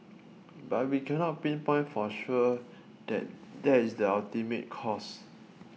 but we cannot pinpoint for sure that that is the ultimate cause